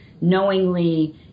knowingly